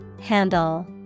Handle